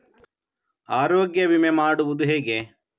ಆರೋಗ್ಯ ವಿಮೆ ಮಾಡುವುದು ಹೇಗೆ?